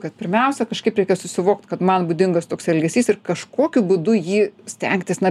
kad pirmiausia kažkaip reikia susivokt kad man būdingas toks elgesys ir kažkokiu būdu jį stengtis na